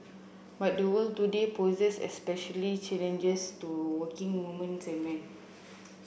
but the world today poses specially challenges to working woman's and men